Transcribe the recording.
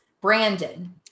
brandon